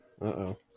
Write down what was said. Uh-oh